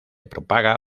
propaga